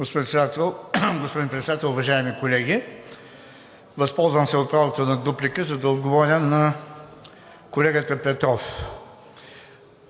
Господин Председател, уважаеми колеги! Възползвам се от правото на дуплика, за да отговоря на колегата Петров.